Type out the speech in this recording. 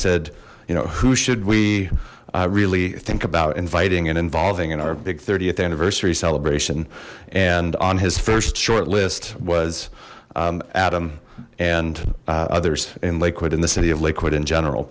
said you know who should we really think about inviting and involving in our big th anniversary celebration and on his first shortlist was adam and others in lakewood in the city of liquid in general